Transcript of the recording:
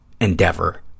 Endeavor